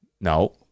no